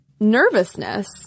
nervousness